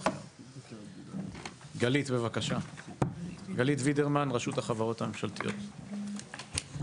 גלית וידרמן, רשות החברות הממשלתיות, בבקשה.